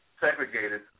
segregated